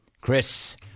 Chris